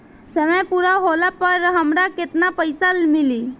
समय पूरा होला पर हमरा केतना पइसा मिली?